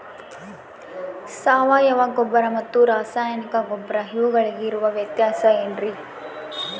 ಸಾವಯವ ಗೊಬ್ಬರ ಮತ್ತು ರಾಸಾಯನಿಕ ಗೊಬ್ಬರ ಇವುಗಳಿಗೆ ಇರುವ ವ್ಯತ್ಯಾಸ ಏನ್ರಿ?